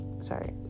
sorry